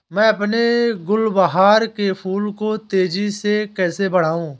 मैं अपने गुलवहार के फूल को तेजी से कैसे बढाऊं?